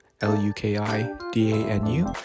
L-U-K-I-D-A-N-U